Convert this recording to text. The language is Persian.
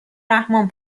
رحمان